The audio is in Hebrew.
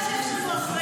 את אישה, יש לך אחריות.